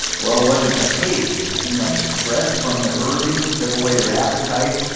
well, wasn't the case, as it seemed like the stress from the herding took away their appetites.